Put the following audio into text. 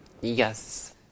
Yes